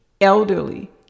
elderly